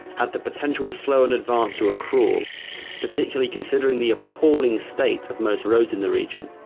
had the potential to slow an advance to a crawl particularly considering the appalling state of most roads in the region.